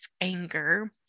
anger